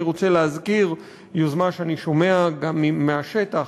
אני רוצה להזכיר יוזמה שאני שומע גם מהשטח,